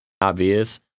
obvious